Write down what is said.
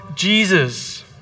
Jesus